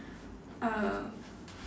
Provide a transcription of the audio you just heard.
uh